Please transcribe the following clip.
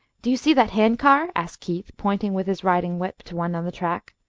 do you see that hand-car? asked keith, pointing with his riding-whip to one on the track.